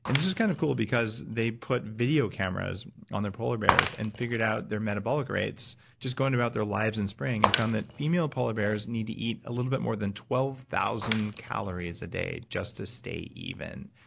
and this is kind of cool, because they put video cameras on the polar bears and figured out their metabolic rates just going about their lives in spring and found that female polar bears need to eat a little bit more than twelve thousand calories a day just to stay even,